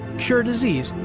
cure disease,